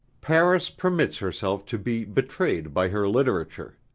paris permits herself to be betrayed by her literature.